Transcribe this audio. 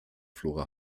flora